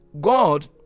God